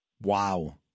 Wow